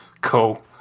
Cool